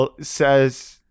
says